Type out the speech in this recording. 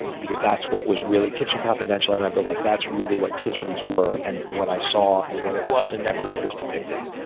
because that's what was really kitchen confidential, i remember, like that's really what kitchens were, and what i saw, and what it was, and never what was depicted.